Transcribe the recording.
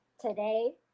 today